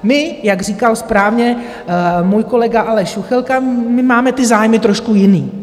My, jak říkal správně můj kolega Aleš Juchelka, my máme ty zájmy trošku jiné.